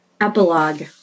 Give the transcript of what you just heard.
Epilogue